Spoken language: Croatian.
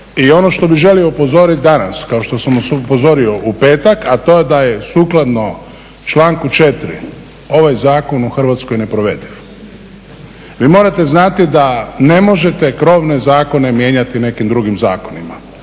I ono što bih želio upozoriti danas kao što sam vas upozorio u petak a to da je sukladno članku 4. ovaj zakon u Hrvatskoj neprovediv. Vi morate znati da ne možete krovne zakone mijenjati nekim drugim zakonima.